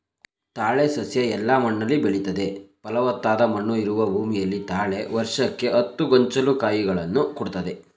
ತಾಳೆ ಸಸ್ಯ ಎಲ್ಲ ಮಣ್ಣಲ್ಲಿ ಬೆಳಿತದೆ ಫಲವತ್ತಾದ ಮಣ್ಣು ಇರುವ ಭೂಮಿಯಲ್ಲಿ ತಾಳೆ ವರ್ಷಕ್ಕೆ ಹತ್ತು ಗೊಂಚಲು ಕಾಯಿಗಳನ್ನು ಕೊಡ್ತದೆ